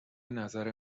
نظر